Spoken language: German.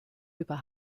über